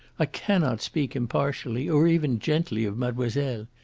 i cannot speak impartially, or even gently of mademoiselle.